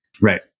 Right